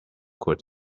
could